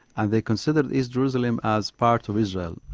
and they consider east jerusalem as part of israel.